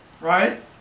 right